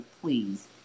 please